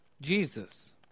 Jesus